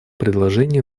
предложение